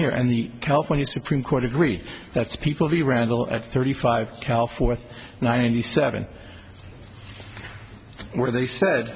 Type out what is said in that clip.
here and the california supreme court agree that's people the randall at thirty five fourth ninety seven where they said